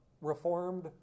reformed